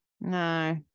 No